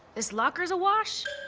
this locker's a wash.